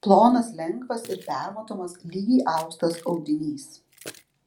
plonas lengvas ir permatomas lygiai austas audinys